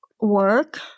work